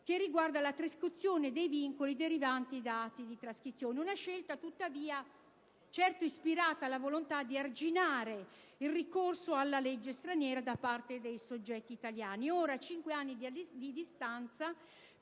riguardante la trascrizione dei vincoli derivanti da atti di destinazione: una scelta certamente ispirata dalla volontà di arginare il ricorso alla legge straniera da parte di soggetti italiani. Ora, a cinque anni di distanza,